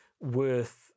worth